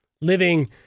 living